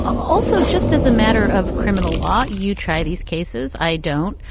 also, just as a matter of criminal law, you try these cases. i don't.